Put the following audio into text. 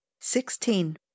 sixteen